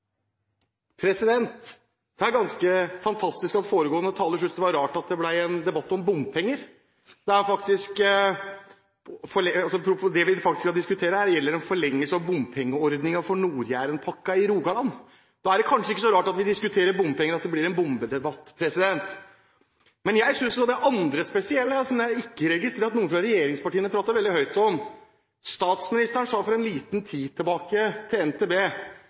ganske fantastisk at foregående taler syntes det var rart at det ble en debatt om bompenger. Det vi faktisk skal diskutere her, er en forlengelse av bompengeordningen for Nord-Jærenpakken i Rogaland. Da er det kanskje ikke så rart, når vi diskuterer bompenger, at det blir en bomdebatt. Men jeg synes det andre spesielle, som jeg ikke registrerer at noen fra regjeringspartiene prater veldig høyt om, er det statsministeren for en liten tid tilbake sa til NTB: